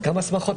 בשמחות.